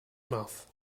mouth